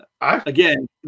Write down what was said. again